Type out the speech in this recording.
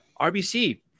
RBC